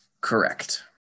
Correct